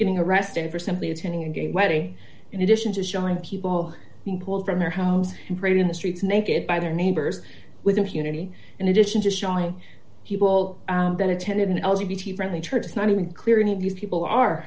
getting arrested for simply attending a gay wedding in addition to showing people being pulled from her house and prayed in the streets naked by their neighbors with impunity in addition to showing he will then attended an l g b t friendly church is not even clear any of these people are